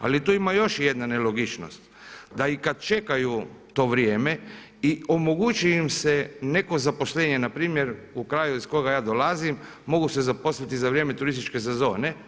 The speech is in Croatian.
Ali tu ima još jedna nelogičnost da i kad čekaju to vrijeme i omogući im se neko zaposlenje npr. u kraju iz kojeg ja dolazim mogu se zaposliti za vrijeme turističke sezone.